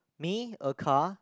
me a car